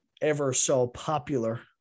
ever-so-popular